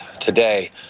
today